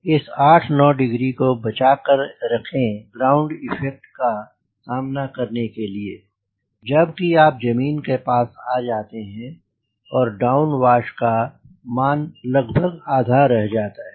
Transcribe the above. इस 8 9 डिग्री को बचा कर रखें ग्राउंड इफ़ेक्ट का सामना करने के लिए जब की आप जमीन के पास आ जाते हैं जब डाउनवाश का मान लगभग आधा रह जाता है